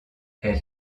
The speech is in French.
elle